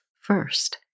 first